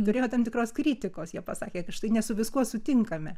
turėjo tam tikros kritikos jie pasakė kadštai ne su viskuo sutinkame